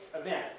events